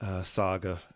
saga